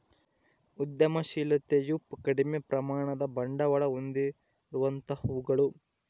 ಉದ್ಯಮಶಿಲತೆಯು ಕಡಿಮೆ ಪ್ರಮಾಣದ ಬಂಡವಾಳ ಹೊಂದಿರುವಂತವುಗಳು